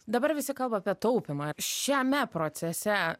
dabar visi kalba apie taupymą šiame procese